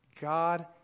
God